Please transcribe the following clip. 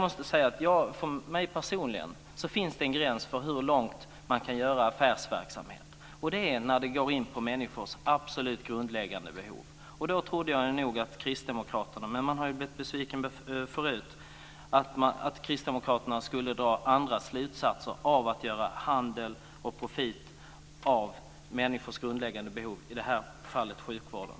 För mig personligen finns en gräns för hur långt man kan göra affärsverksamhet. Det är när det går in på människors absolut grundläggande behov. Man har blivit besviken förut. Men jag trodde nog att kristdemokraterna skulle dra andra slutsatser av handel och profit på människors grundläggande behov, i det här fallet sjukvården.